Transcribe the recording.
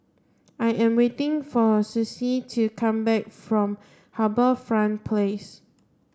I am waiting for Sussie to come back from HarbourFront Place